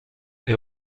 est